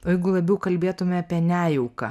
o jeigu labiau kalbėtume apie nejauką